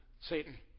Satan